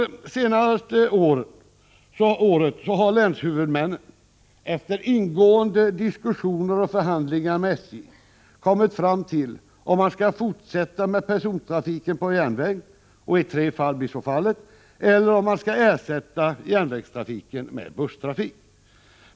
Under det senaste året har länshuvudmännen efter ingående diskussioner och förhandlingar med SJ kommit fram till huruvida man skall fortsätta med persontrafiken på järnvägen —i tre fall blir det så — eller om man skall ersätta järnvägstrafiken med busstrafik.